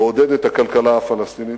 לעודד את הכלכלה הפלסטינית.